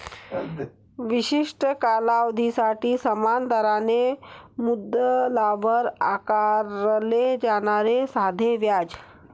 विशिष्ट कालावधीसाठी समान दराने मुद्दलावर आकारले जाणारे साधे व्याज